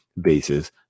bases